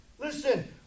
Listen